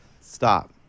Stop